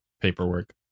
paperwork